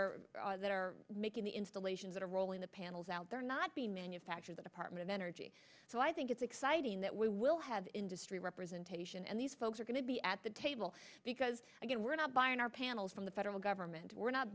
are that are making the installations that are rolling the panels out there not being manufactured the department of energy so i think it's exciting that we will have industry representation and these folks are going to be at the table because again we're not buying our panels from the federal government we're not